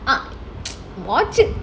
ah watching